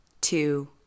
two